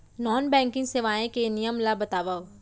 Non banking सेवाएं के नियम ला बतावव?